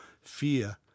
fear